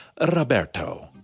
Roberto